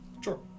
Sure